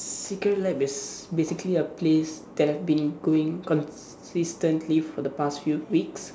secret lab is basically a place that I've been growing consistently for the past few weeks